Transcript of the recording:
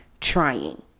trying